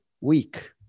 week